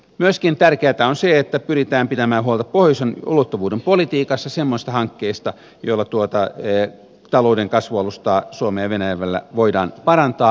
myöskin tärkeätä on se että pyritään pitämään huolta pohjoisen ulottuvuuden politiikassa semmoisista hankkeista joilla tuota talouden kasvualustaa suomen ja venäjän välillä voidaan parantaa